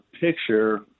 picture